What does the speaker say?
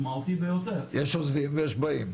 יש עוזבים ויש באים.